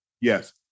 Yes